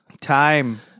Time